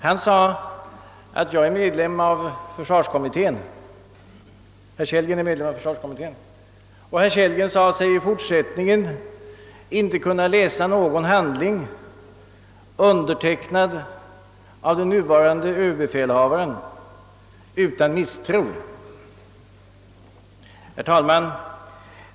Han erinrade om att han är medlem i försvarskommittén, och han sade sig i fortsättningen inte kunna läsa någon handling undertecknad av den nuvarande överbefälhavaren utan misstro. Herr talman!